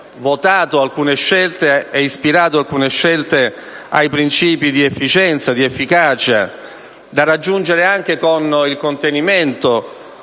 votato e ispirato alcune scelte ai principi di efficienza e di efficacia, da raggiungere anche con il contenimento